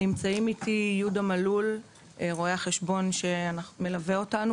נמצאים איתי רו"ח יהודה מלול, שמלווה אותנו